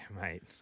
mate